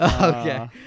Okay